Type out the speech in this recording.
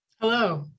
Hello